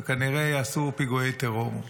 וכנראה יעשו פיגועי טרור,